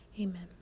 Amen